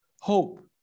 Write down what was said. hope